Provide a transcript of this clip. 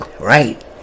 Right